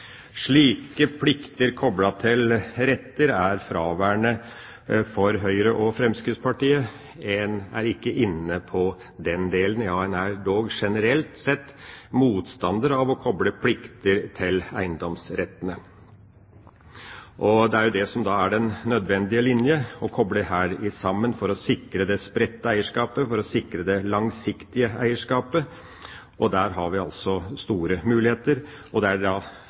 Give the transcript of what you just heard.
Slike plikter koblet til retter er fraværende for Høyre og Fremskrittspartiet. En er ikke inne på den delen. Ja, en er dog generelt sett motstander av å koble plikter til eiendomsrettene. Det er det som er den nødvendige linja, å koble dette sammen for å sikre det spredte eierskapet og for å sikre det langsiktige eierskapet. Der har vi store muligheter, og det er